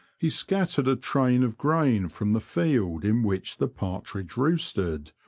he scattered a train of grain from the field in which the partridge roosted,